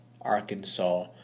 Arkansas